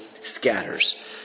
scatters